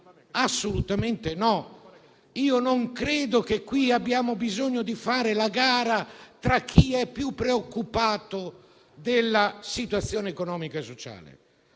Assolutamente no. Non credo che qui abbiamo bisogno di fare la gara tra chi è più preoccupato della situazione economica e sociale;